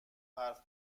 حرف